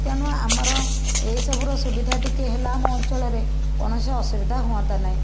ତେଣୁ ଆମର ଏଇ ସବୁର ସୁବିଧା ଟିକେ ହେଲେ ଆମ ଅଞ୍ଚଳରେ କୌଣସି ଅସୁବିଧା ହୁଅନ୍ତା ନାହିଁ